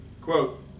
Quote